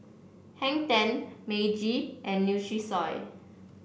Hang Ten Meiji and Nutrisoy